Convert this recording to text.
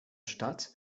stadt